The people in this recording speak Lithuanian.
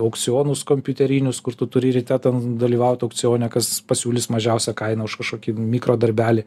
aukcionus kompiuterinius kur tu turi ryte ten dalyvaut aukcione kas pasiūlys mažiausią kainą už kažkokį mikro darbelį